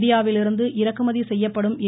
இந்தியாவிலிருந்து இறக்குமதி செய்யப்படும் எ